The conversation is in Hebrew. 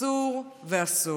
אסור ואסור.